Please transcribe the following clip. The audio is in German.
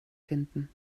finden